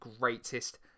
greatest